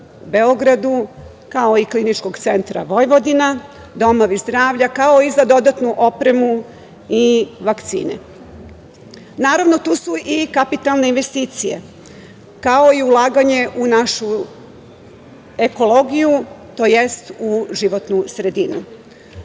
Beogradu, kao i Kliničkog centra Vojvodina, domove zdravlja, kao i za dodatnu opremu i vakcine. Naravno, tu su i kapitalne investicije, kao i ulaganje u našu ekologiju, tj. u životnu sredinu. Gospodin